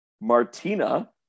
Martina